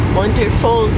wonderful